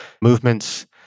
movements